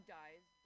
dies